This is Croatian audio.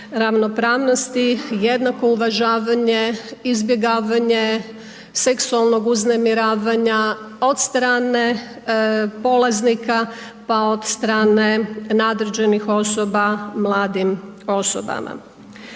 ravnopravnosti, jednako uvažavanje, izbjegavanje seksualnog uznemiravanja od strane polaznika, pa od strane nadređenih osoba mladim osobama.